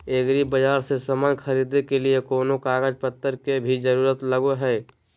एग्रीबाजार से समान खरीदे के लिए कोनो कागज पतर के भी जरूरत लगो है?